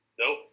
Nope